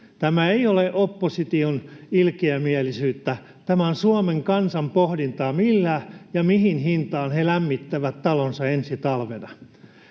Tämä ei ole opposition ilkeämielisyyttä. Tämä on Suomen kansan pohdintaa, millä ja mihin hintaan he lämmittävät talonsa ensi talvena.